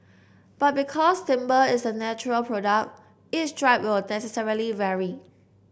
but because timber is a natural product each strip will necessarily vary